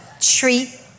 Treat